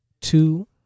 Two